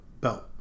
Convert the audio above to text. belt